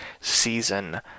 season